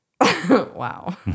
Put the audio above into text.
Wow